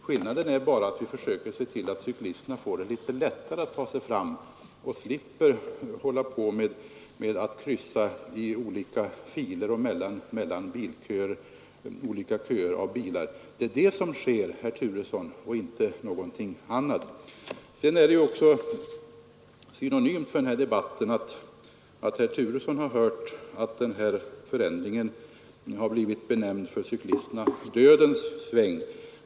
Skillnaden är bara att vi försöker se till att cyklisterna får det litet lättare att ta sig fram och slipper hålla på att kryssa i olika filer och mellan olika köer av bilar. Det är det som sker, herr Turesson, och inte någonting annat. Sedan är det också signifikativt för denna debatt att herr Turesson har hört att den här regeln för cyklisterna har blivit benämnd ”dödens sväng”.